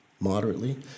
moderately